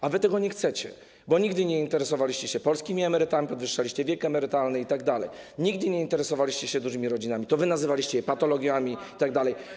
A wy tego nie chcecie, bo nigdy nie interesowaliście się polskimi emerytami, podwyższaliście wiek emerytalny itd., nigdy nie interesowaliście się dużymi rodzinami, nazywaliście je patologiami itd.